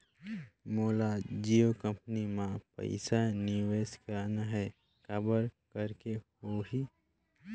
मोला जियो कंपनी मां पइसा निवेश करना हे, काबर करेके होही?